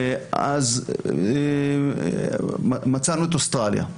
אז מצאנו את אוסטרליה.